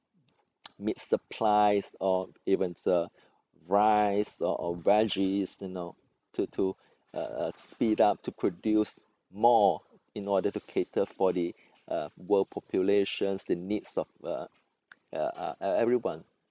meet supplies or even uh rice or or veggies you know to to uh uh speed up to produce more in order to cater for the uh world populations the needs of uh uh uh uh everyone